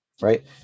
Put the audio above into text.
Right